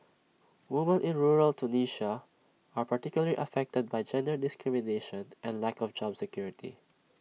women in rural Tunisia are particularly affected by gender discrimination and lack of job security